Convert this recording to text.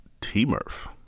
T-Murph